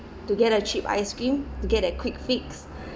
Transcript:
to get a cheap ice cream to get a quick fix